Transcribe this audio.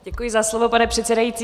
Děkuji za slovo, pane předsedající.